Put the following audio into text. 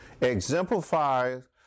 exemplifies